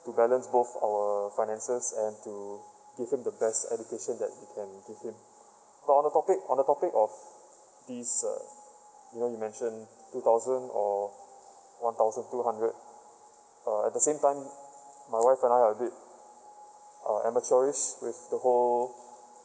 to balance both our finances and to give him the best education that we can give him but on the topic on the topic of this uh you know you mentioned two thousand or one thousand two hundred uh at the same time my wife and I are a bit uh amateurism with the whole